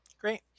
Great